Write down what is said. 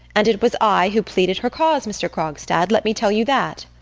and it was i who pleaded her cause, mr. krogstad, let me tell you that.